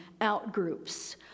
outgroups